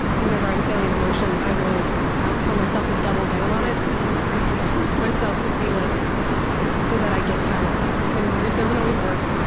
whenever i'm feeling an emotion, i will tell myself to double down on it, and force myself to feel it it so that i get tired of it. and it doesn't always work,